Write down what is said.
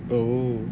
oh